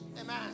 Amen